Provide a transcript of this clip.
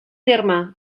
terme